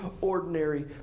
ordinary